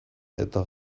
eta